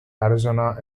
arizona